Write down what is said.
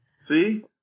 See